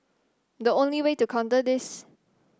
the only way to counter this